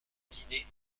dîner